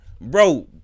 Bro